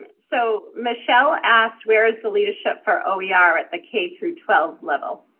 so michelle asked where is the leadership for oer ah oer at the k through twelve level?